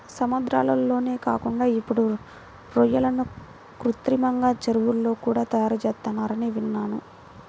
సముద్రాల్లోనే కాకుండా ఇప్పుడు రొయ్యలను కృత్రిమంగా చెరువుల్లో కూడా తయారుచేత్తన్నారని విన్నాను